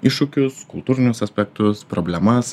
iššūkius kultūrinius aspektus problemas